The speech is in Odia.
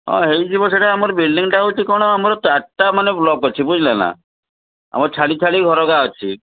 ହଁ ହେଇଯିବ ସେଟା ଆମର ବିଲଡିଂଟା ହେଉଛି କ'ଣ ଆମର ଚାରିଟା ମାନେ ବ୍ଲକ୍ ଅଛି ବୁଝିଲେନା ଆମର ଛାଡ଼ି ଛାଡ଼ି ଘରକା ଅଛି